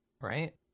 Right